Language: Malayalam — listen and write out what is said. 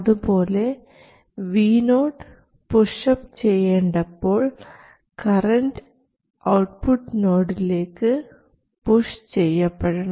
അതുപോലെ vo പുഷ് അപ് ചെയ്യേണ്ടപ്പോൾ കറൻറ് ഔട്ട്പുട്ട് നോഡിലേക്ക് പുഷ് ചെയ്യപ്പെടണം